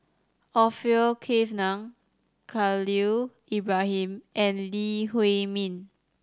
Orfeur Cavenagh Khalil Ibrahim and Lee Huei Min